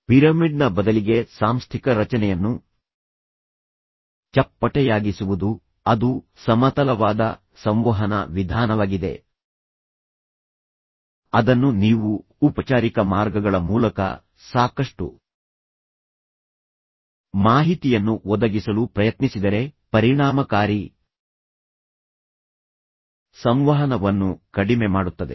ಪಿರಮಿಡ್ನ ಬದಲಿಗೆ ಸಾಂಸ್ಥಿಕ ರಚನೆಯನ್ನು ಚಪ್ಪಟೆಯಾಗಿಸುವುದು ಅದು ಸಮತಲವಾದ ಸಂವಹನ ವಿಧಾನವಾಗಿದೆ ಅದನ್ನು ನೀವು ಔಪಚಾರಿಕ ಮಾರ್ಗಗಳ ಮೂಲಕ ಸಾಕಷ್ಟು ಮಾಹಿತಿಯನ್ನು ಒದಗಿಸಲು ಪ್ರಯತ್ನಿಸಿದರೆ ಪರಿಣಾಮಕಾರಿ ಸಂವಹನವನ್ನು ಕಡಿಮೆ ಮಾಡುತ್ತದೆ